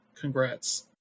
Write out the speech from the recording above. congrats